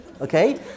okay